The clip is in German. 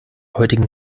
heutigen